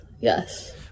Yes